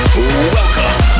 Welcome